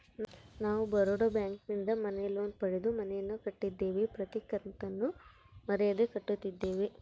ನಾವು ಬರೋಡ ಬ್ಯಾಂಕಿನಿಂದ ಮನೆ ಲೋನ್ ಪಡೆದು ಮನೆಯನ್ನು ಕಟ್ಟಿದ್ದೇವೆ, ಪ್ರತಿ ಕತ್ತನ್ನು ಮರೆಯದೆ ಕಟ್ಟುತ್ತಿದ್ದೇವೆ